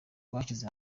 rwashyize